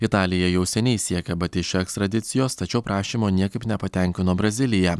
italija jau seniai siekia batisčio ekstradicijos tačiau prašymo niekaip nepatenkino brazilija